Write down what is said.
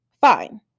Fine